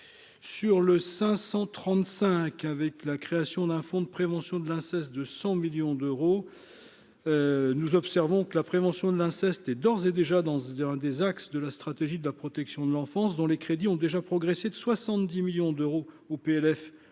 Trente-cinq avec la création d'un fonds de prévention de l'inceste, de 100 millions d'euros, nous observons que la prévention de l'inceste et d'ores et déjà dans ce, dans un des axes de la stratégie de la protection de l'enfance, dont les crédits ont déjà progressé de 70 millions d'euros au PLF